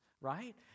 right